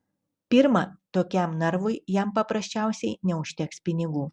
pirma tokiam narvui jam paprasčiausiai neužteks pinigų